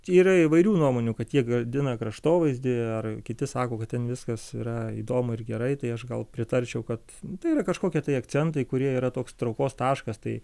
tai yra įvairių nuomonių kad jie gadina kraštovaizdį ar kiti sako kad ten viskas yra įdomu ir gerai tai aš gal pritarčiau kad tai yra kažkokie tai akcentai kurie yra toks traukos taškas tai